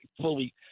fully